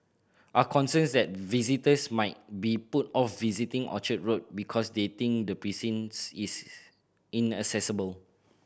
are concerns that visitors might be put off visiting Orchard Road because they think the precincts is inaccessible